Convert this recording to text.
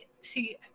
See